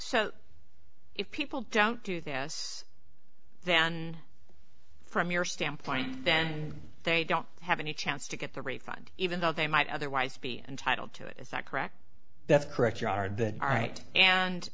so if people don't do this then from your standpoint then they don't have any chance to get the refund even though they might otherwise be entitled to it is that correct that's correct you are that are right and